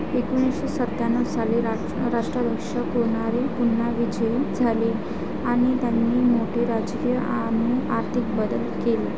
एकोणीसशे सत्त्याण्णव साली रा राष्ट्राध्यक्ष कोनारे पुन्हा विजयी झाले आणि त्यांनी मोठे राजकीय आणि आर्थिक बदल केले